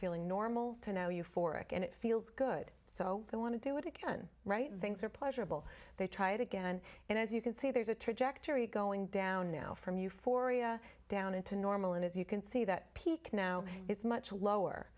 feeling normal to no euphoric and it feels good so they want to do it again right things are pleasurable they try it again and as you can see there's a trajectory going down now from euphoria down and to normal and as you can see that peak now is much lower